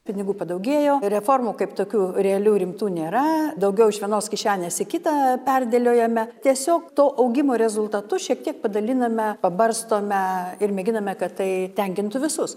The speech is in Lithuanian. pinigų padaugėjo reformų kaip tokių realių rimtų nėra daugiau iš vienos kišenės į kitą perdėliojame tiesiog to augimo rezultatus šiek tiek padaliname pabarstome ir mėginame kad tai tenkintų visus